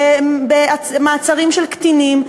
במעצרים של קטינים,